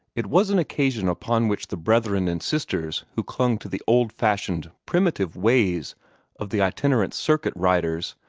it was an occasion upon which the brethren and sisters who clung to the old-fashioned, primitive ways of the itinerant circuit-riders,